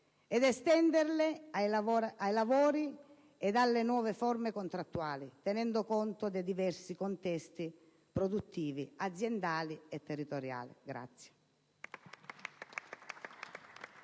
per estenderle ai lavori ed alle nuove forme contrattuali, tenendo conto dei diversi contesti produttivi, aziendali e territoriali.